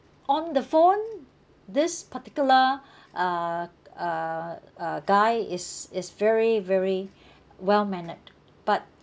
on the phone this particular uh uh uh guy is is very very well mannered but